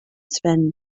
spend